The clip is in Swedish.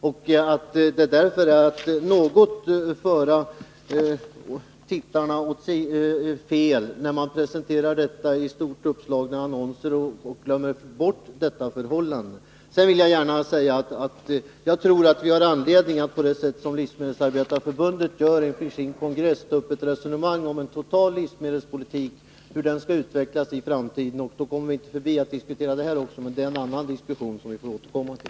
Jag tycker därför att det är att vilseleda läsarna när man i stort uppslagna annonser glömmer bort detta förhållande. Jag tror att vi har anledning att, som Livsmedelsarbetareförbundet gjort efter sin kongress, ta upp ett resonemang om hur en total livsmedelspolitik i framtiden skall se ut. Då kan vi inte undgå att diskutera också det här, men det är en diskussion som vi får återkomma till.